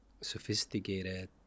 sophisticated